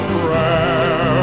prayer